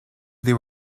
they